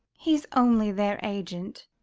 he's only their agent.